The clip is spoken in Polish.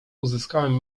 uzyskałem